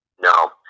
no